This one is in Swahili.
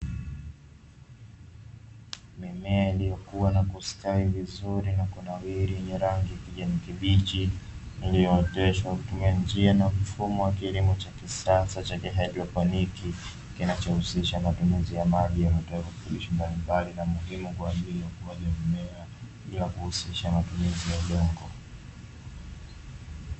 Mimea iliyokua na kustawi vizuri na kunawiri yenye rangi ya kijani kibichi iliyooteshwa kwa kutumia njia na mfumo wa kilimo cha kisasa cha kihaidropiniki, kinacho husisha matumizi ya maji yenye virutubishi mbalimbali na muhimu kwajili ya ukuaji wa mimea bila kuhusisha matumizi ya udongo.